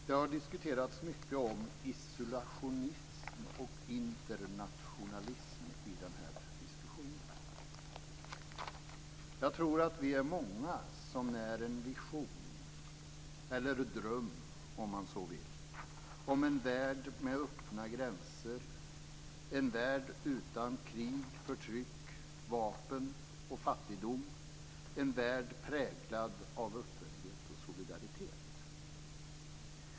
Det har diskuterats mycket om isolationism och internationalism i detta sammanhang. Jag tror att vi är många som när en vision - eller, om man så vill, en dröm - om en värld med öppna gränser. Det handlar då om en värld utan krig, förtryck, vapen och fattigdom - en värld präglad av öppenhet och solidaritet.